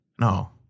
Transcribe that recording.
No